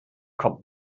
kommt